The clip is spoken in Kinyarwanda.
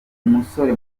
umusore